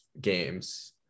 games